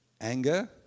anger